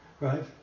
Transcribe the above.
right